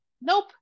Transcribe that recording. nope